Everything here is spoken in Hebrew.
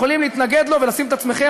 אתם יכולים להתנגד לו ולשים את עצמכם